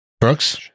Brooks